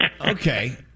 Okay